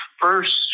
first